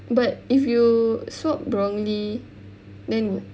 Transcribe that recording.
but if you swab wrongly then